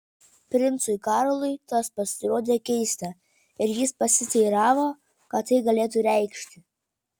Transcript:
princui karlui tas pasirodė keista ir jis pasiteiravo ką tai galėtų reikšti